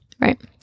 Right